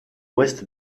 ouest